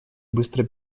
быстро